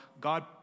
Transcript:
God